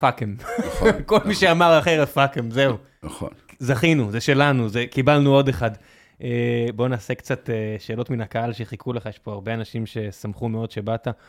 פאקם. כל מי שאמר אחרת פאקם, זהו. נכון. זכינו, זה שלנו, קיבלנו עוד אחד. בואו נעשה קצת שאלות מן הקהל שחיכו לך, יש פה הרבה אנשים ששמחו מאוד שבאת.